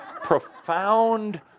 profound